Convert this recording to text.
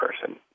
person